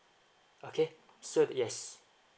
okay so yes